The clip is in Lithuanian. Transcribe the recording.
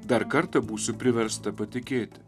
dar kartą būsiu priversta patikėti